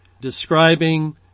describing